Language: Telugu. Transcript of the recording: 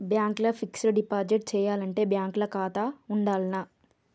బ్యాంక్ ల ఫిక్స్ డ్ డిపాజిట్ చేయాలంటే బ్యాంక్ ల ఖాతా ఉండాల్నా?